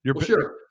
Sure